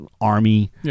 army